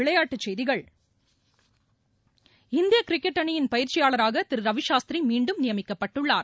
விளையாட்டுச்செய்கிகள் இந்திய கிரிக்கெட் அணியின் பயிற்சியாளராக ரவிசாஸ்திரி மீண்டும் நியமிக்கப்பட்டுள்ளார்